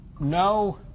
no